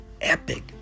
epic